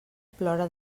plora